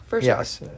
Yes